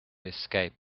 escape